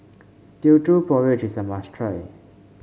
Teochew Porridge is a must try